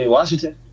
Washington